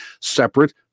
separate